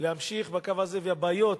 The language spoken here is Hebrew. להמשיך בקו הזה, והבעיות,